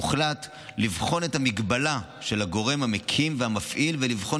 הוחלט לבחון את המגבלה של הגורם המקים והמפעיל ולבחון